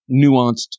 nuanced